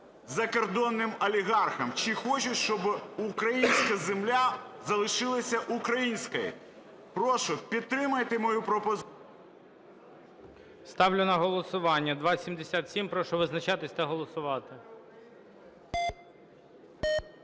закордонним олігархам, чи хочуть, щоб українська земля залишилась українською. Прошу, підтримайте мою… ГОЛОВУЮЧИЙ. Ставлю на голосування 2077. Прошу визначатись та голосувати.